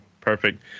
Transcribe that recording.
Perfect